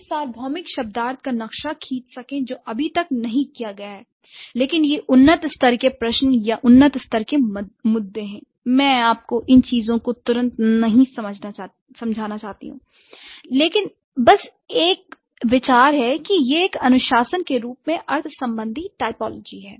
एक सार्वभौमिक शब्दार्थ का नक्शा खींच सके जो अभी तक नहीं किया गया है लेकिन ये उन्नत स्तर के प्रश्न या उन्नत स्तर के मुद्दे हैं l मैं आपको इन चीजों को तुरंत नहीं समझना चाहती हूं l लेकिन बस एक विचार है कि ये एक अनुशासन के रूप में अर्थ संबंधी टाइपोलॉजी हैं